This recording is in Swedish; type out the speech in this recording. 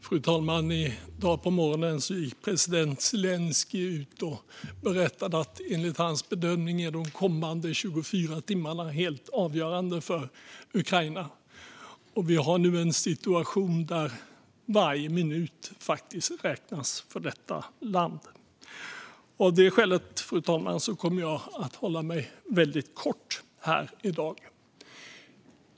Fru talman! I dag på morgonen gick president Zelenskyj ut och berättade att enligt hans bedömning är de kommande 24 timmarna helt avgörande för Ukraina. Vi har nu en situation där varje minut räknas för detta land. Av det skälet, fru talman, kommer jag att hålla mig väldigt kort här i dag.